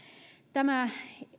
tämä